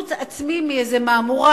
בחילוץ עצמי מאיזה מהמורה,